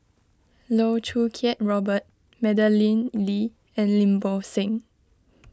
Loh Choo Kiat Robert Madeleine Lee and Lim Bo Seng